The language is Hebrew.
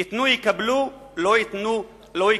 ייתנו, יקבלו, לא ייתנו, לא יקבלו.